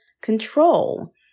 control